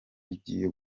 bigiye